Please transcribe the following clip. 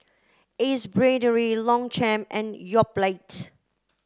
Ace Brainery Longchamp and Yoplait